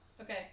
Okay